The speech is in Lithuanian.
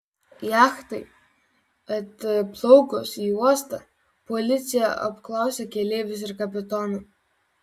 jachtai atplaukus į uostą policija apklausė keleivius ir kapitoną